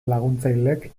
laguntzailek